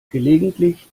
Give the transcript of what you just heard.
gelegentlich